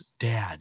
dad